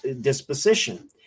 disposition